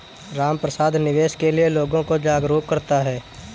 रामप्रसाद निवेश के लिए लोगों को जागरूक करता है